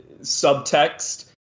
subtext